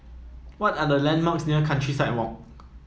what are the landmarks near Countryside Walk